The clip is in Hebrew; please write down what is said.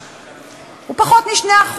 הוא פחות מ-2%.